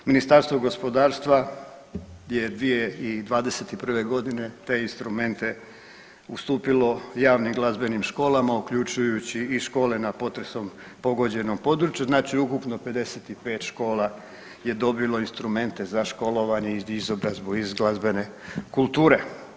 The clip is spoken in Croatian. Ministarstvo gospodarstva je 2021. godine te instrumente ustupilo javnim glazbenim školama uključujući i škole na potresu pogođenom području, znači ukupno 55 škola je dobilo instrumente za školovanje i izobrazbu iz glazbene kulture.